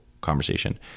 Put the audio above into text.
conversation